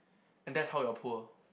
and that's how you're poor